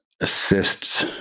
assists